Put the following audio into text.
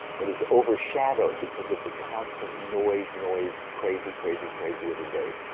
but is overshadowed because of the constant noise, noise, crazy, crazy crazy of the day.